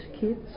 kids